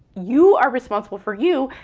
you are responsible for you,